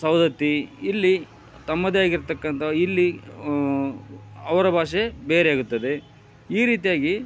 ಸೌದತ್ತಿ ಇಲ್ಲಿ ತಮ್ಮದೇ ಆಗಿರ್ತಕಂಥ ಇಲ್ಲಿ ಅವರ ಭಾಷೆ ಬೇರೆ ಆಗುತ್ತದೆ ಈ ರೀತಿಯಾಗಿ